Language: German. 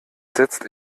setzt